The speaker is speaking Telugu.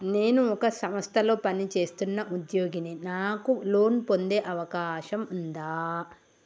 నేను ఒక సంస్థలో పనిచేస్తున్న ఉద్యోగిని నాకు లోను పొందే అవకాశం ఉందా?